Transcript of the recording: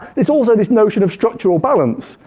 there's also this notion of structural balance.